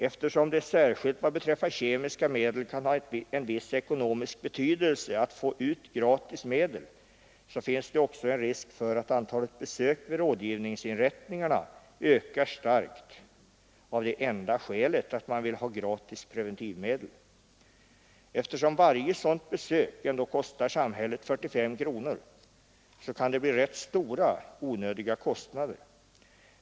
Eftersom det särskilt vad beträffar kemiska medel kan ha en viss ekonomisk betydelse att få ut gratis medel, finns det också en risk för att antalet besök vid rådgivningsinrättningarna ökar starkt av det enda skälet att man vill ha gratis preventivmedel. Eftersom varje sådant besök ändå kostar samhället 45 kronor, så kan det blir rätt stora onödiga kostnader.